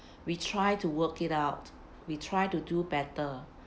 we try to work it out we try to do better